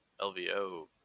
LVO